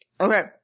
Okay